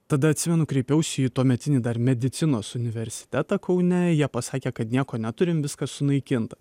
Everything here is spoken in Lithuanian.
tada atsimenu kreipiausi į tuometinį dar medicinos universitetą kaune jie pasakė kad nieko neturim viskas sunaikinta